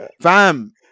Fam